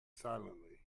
silently